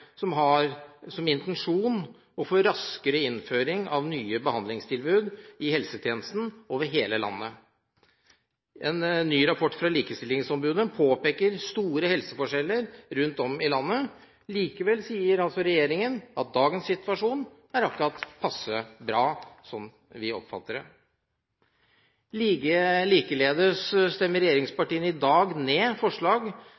som har som intensjon å få en raskere innføring av nye behandlingstilbud i helsetjenesten over hele landet. En ny rapport fra likestillingsombudet påpeker store helseforskjeller rundt om i landet. Likevel sier regjeringen at dagens situasjon slik de oppfatter den, er akkurat passe bra.